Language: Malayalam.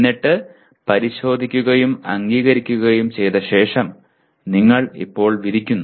എന്നിട്ട് പരിശോധിക്കുകയും അംഗീകരിക്കുകയും ചെയ്ത ശേഷം നിങ്ങൾ ഇപ്പോൾ വിധിക്കുന്നു